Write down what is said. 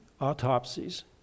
autopsies